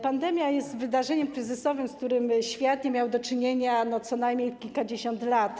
Pandemia jest wydarzeniem kryzysowym, z którym świat nie miał do czynienia co najmniej kilkadziesiąt lat.